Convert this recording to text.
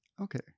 Okay